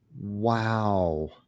Wow